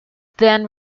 then